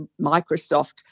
Microsoft